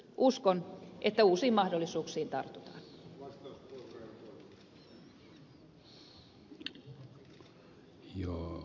uskon että uusiin mahdollisuuksiin tartutaan